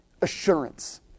assurance